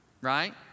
right